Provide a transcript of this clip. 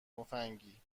مفنگی